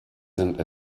sind